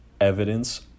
evidence